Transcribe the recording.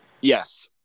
Yes